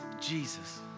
Jesus